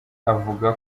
avuga